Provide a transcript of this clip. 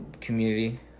community